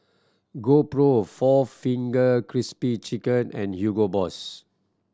GoPro four Finger Crispy Chicken and Hugo Boss